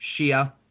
Shia